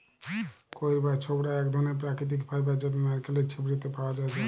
কইর বা ছোবড়া এক ধরণের প্রাকৃতিক ফাইবার যেটা নারকেলের ছিবড়ে তে পাওয়া যায়টে